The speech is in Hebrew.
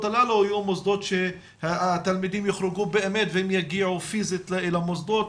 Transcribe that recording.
הללו יהיו מוסדות שהתלמידים יוחרגו באמת ויגיעו פיזית למוסדות,